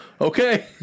okay